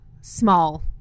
small